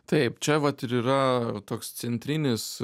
taip čia vat ir yra toks centrinis